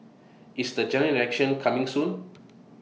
is the General Election coming soon